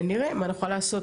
ונראה מה נוכל לעשות,